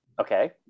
Okay